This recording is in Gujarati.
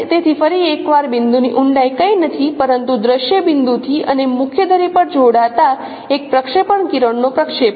તેથી ફરી એકવાર બિંદુની ઊંડાઈ કંઈ નથી પરંતુ દ્રશ્ય બિંદુથી અને મુખ્ય ધરી પર જોડાતા એક પ્રક્ષેપણ કિરણનો પ્રક્ષેપણ